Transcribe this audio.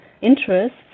interests